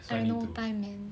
I have no time man